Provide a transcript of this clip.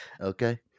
Okay